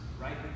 Right